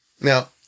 Now